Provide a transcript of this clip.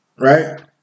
Right